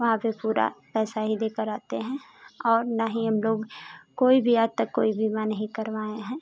वहाँ पर पूरा पैसा ही देकर आते हैं और न ही हम लोग कोई भी आज तक कोई बीमा नहीं करवाए हैं